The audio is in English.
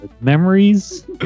memories